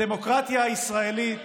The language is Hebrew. הדמוקרטיה הישראלית